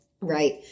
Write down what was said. Right